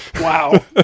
Wow